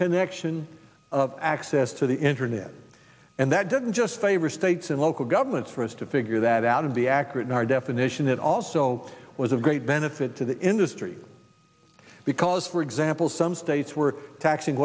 connection of access to the internet and that didn't just favor states and local governments for us to figure that out and be accurate in our definition it also was of great benefit to the industry because for example some states were taxing